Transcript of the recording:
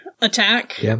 attack